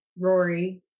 Rory